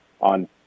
on